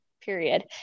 period